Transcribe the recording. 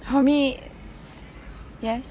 for me yes